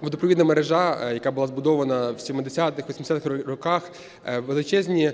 водопровідна мережа, яка була збудована в 70-80-х роках, величезні